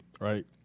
right